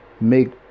make